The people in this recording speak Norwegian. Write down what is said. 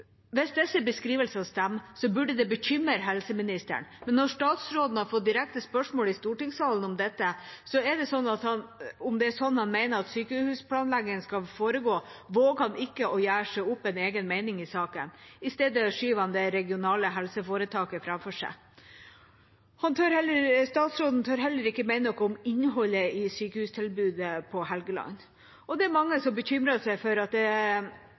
Hvis disse beskrivelsene stemmer, burde det bekymre helseministeren. Når statsråden har fått direkte spørsmål i stortingssalen om dette, er det som om han mener at det er sånn sykehusplanlegging skal foregå. Våger han ikke å gjøre seg opp en egen mening i saken? I stedet skyver han det regionale helseforetaket framfor seg. Statsråden tør heller ikke mene noe om innholdet i sykehustilbudet på Helgeland, og det er mange som bekymrer seg for at det